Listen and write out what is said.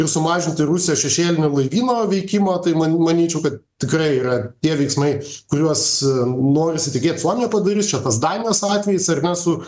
ir sumažinti rusijos šešėlinio laivyno veikimą tai man manyčiau kad tikrai yra tie veiksmai kuriuos norisi tikėt suomija padarys čia tas danijos atvejis ar ne su